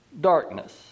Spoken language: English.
darkness